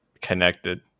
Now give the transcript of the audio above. connected